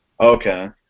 Okay